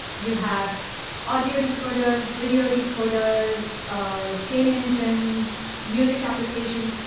you have audio decoders, video decoders, um game engines, music applications,